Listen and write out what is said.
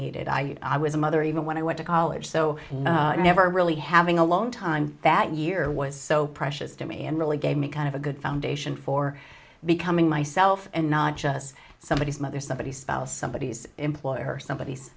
know i was a mother even when i went to college so i never really having a long time that year was so precious to me and really gave me kind of a good foundation for becoming myself and not just somebody some other somebody style somebodies employer or somebody